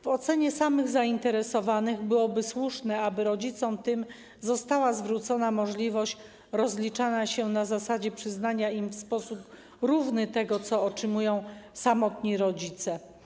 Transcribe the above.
W ocenie samych zainteresowanych byłoby słuszne, aby rodzicom tym została zwrócona możliwość rozliczania się na zasadzie przyznania im w sposób równy tego, co otrzymują samotni rodzice.